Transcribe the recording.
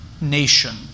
nation